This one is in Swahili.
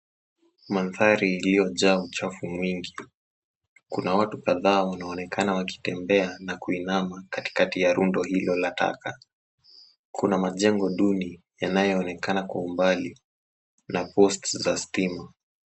Mandhari iliyojaa uchafu mwingi. Kuna watu kadhaa wanaonekana wakitembea na kuinama katikati ya rundo hilo la taka. Kuna majengo duni yanayoonekana kwa umbali na post za stima.